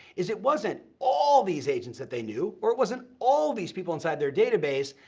is it wasn't all these agents that they knew, or it wasn't all these people inside their database,